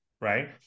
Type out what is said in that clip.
right